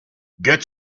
get